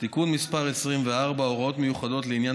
(תיקון מס' 24) (הוראות מיוחדות לעניין